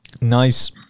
Nice